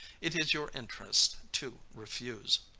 it is your interest to refuse.